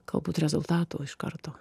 galbūt rezultato iš karto